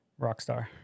Rockstar